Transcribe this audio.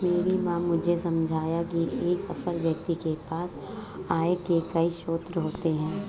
मेरी माँ ने मुझे समझाया की एक सफल व्यक्ति के पास आय के कई स्रोत होते हैं